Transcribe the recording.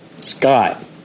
Scott